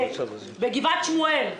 בגבעת שמואל.